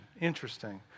Interesting